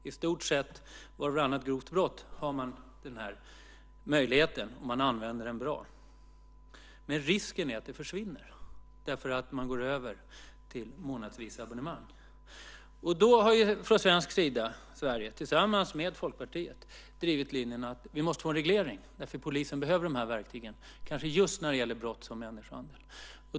Vid i stort sett vart och vartannat grovt brott har man möjligheten, och man använder den på ett bra sätt. Men risken är att det försvinner därför att människor går över till månadsvisa abonnemang. Från Sveriges sida har vi, tillsammans med Folkpartiet, drivit linjen att vi måste få en reglering, eftersom polisen behöver dessa verktyg. Det gäller kanske främst vid brott som människohandel.